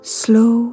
slow